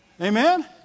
Amen